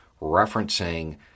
referencing